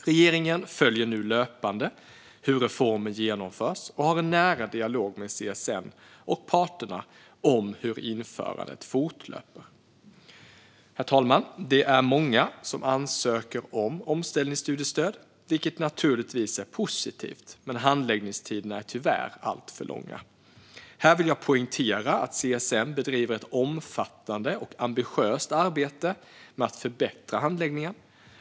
Regeringen följer nu löpande hur reformen genomförs och har en nära dialog med CSN och parterna om hur införandet fortlöper. Herr talman! Det är många som ansöker om omställningsstudiestöd - vilket naturligtvis är positivt - men handläggningstiderna är tyvärr alltför långa. Här vill jag poängtera att CSN bedriver ett omfattande och ambitiöst arbete med att förbättra handläggningen.